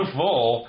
full